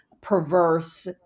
perverse